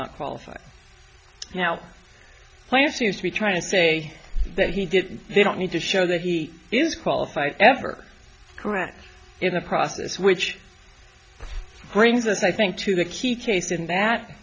not qualified now plans to use to be trying to say that he did they don't need to show that he is qualified ever correct in the process which brings us i think to the key case in that